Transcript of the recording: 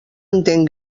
entén